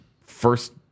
first